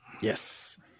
Yes